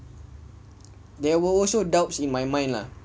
there were also doubt in my mind lah